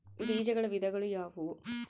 ಬೇಜಗಳ ವಿಧಗಳು ಯಾವುವು?